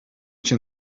cię